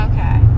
Okay